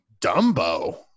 Dumbo